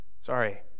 Sorry